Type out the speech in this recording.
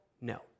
No